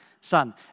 son